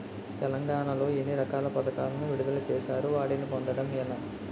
తెలంగాణ లో ఎన్ని రకాల పథకాలను విడుదల చేశారు? వాటిని పొందడం ఎలా?